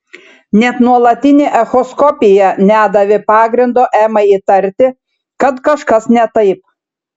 net nuolatinė echoskopija nedavė pagrindo emai įtarti kad kažkas ne taip